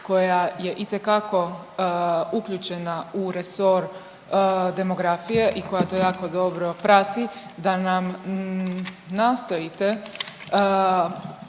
koja je itekako uključena u resor demografije i koja to jako dobro prati da nam nastojite